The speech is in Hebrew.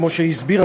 כמו שהסביר,